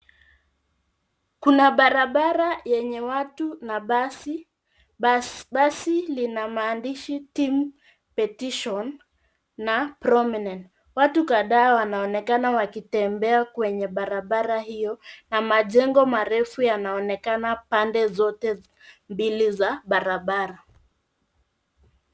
Kuna barabara yenye watu na basi, basi lina maandishi team petition na prominent. Watu kadhaa wanaonekana wakitembea kwenye barabara hiyo na majengo marefu yana onekana pande zote mbili za barabara.